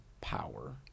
power